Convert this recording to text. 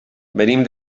venim